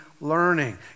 learning